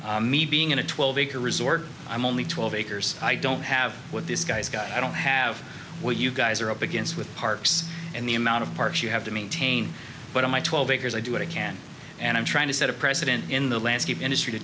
employees me being in a twelve acre resort i'm only twelve acres i don't have what this guy's got i don't have what you guys are up against with parks and the amount of parts you have to maintain but in my twelve acres i do what i can and i'm trying to set a precedent in the landscape industry to